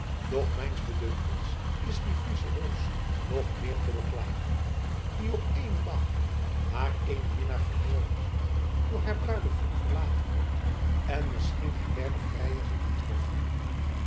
doch mijns bedunkens is die friesche roos nog meer te beklagen die op éénen dag haar éénen minnaar vermoorden ziet door haar bruidegom verlaten wordt en misschien haar derden vrijer ziet onthoofden